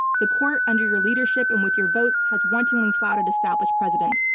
the court under your leadership and with your votes has wantonly flouted established precedent.